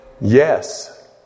yes